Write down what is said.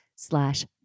slash